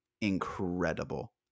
incredible